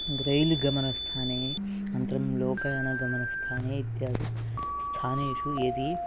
ग्रैल् गमनस्थाने अनन्तरं लोकयानगमनस्थाने इत्यादिस्थानेषु यदि